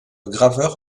graveur